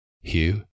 Hugh